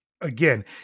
again